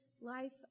life